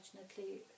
unfortunately